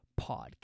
podcast